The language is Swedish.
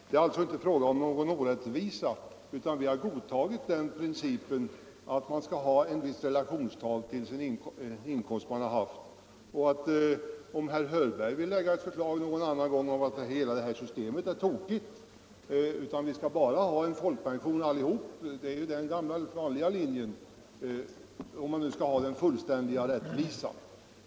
Det är således inte fråga om någon orättvisa, utan vi har godtagit principen om en viss relation till den inkomst som man har haft. Herr Hörberg kan ju framlägga ett förslag någon annan gång, om han anser att hela detta system är tokigt och tycker att alla bara skall ha folkpension — det är ju den gamla vanliga linjen när man talar om den fullständiga rättvisan.